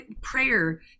Prayer